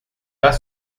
pas